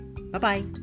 Bye-bye